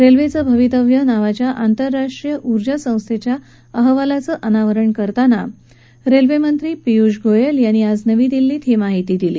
रेल्वेचं भवितव्य नावाच्या आंतरराष्ट्रीय उर्जा संस्थेच्या अहवालाचं अनावरण करताना रेल्वेमंत्री पियुष गोयल यांनी आज नवी दिल्लीत ही माहिती दिली